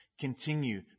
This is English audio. Continue